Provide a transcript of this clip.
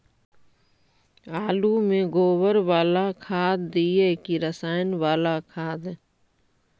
आलु में गोबर बाला खाद दियै कि रसायन बाला खाद?